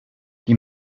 die